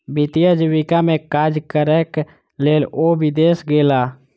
वित्तीय आजीविका में काज करैक लेल ओ विदेश गेला